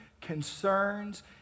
concerns